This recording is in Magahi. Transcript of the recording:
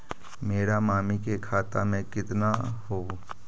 मेरा मामी के खाता में कितना हूउ?